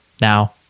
Now